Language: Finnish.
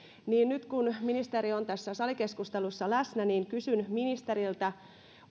niin nyt kun ministeri on tässä salikeskustelussa läsnä kysyn ministeriltä